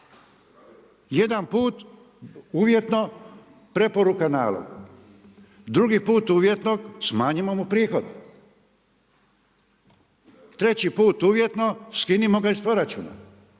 Jedan put uvijeno preporuka, nalog. Drugi put uvjetnog, smanjimo mu prihod, treći put uvjetno skinimo ga iz proračuna.